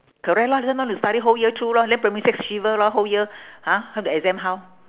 correct lor then don't want to study whole year through lor then primary six shiver lor whole year !huh! how the exam how